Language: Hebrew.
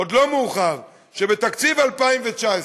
עוד לא מאוחר שבתקציב 2019,